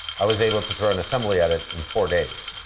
i was able to throw an assembly at it in four days.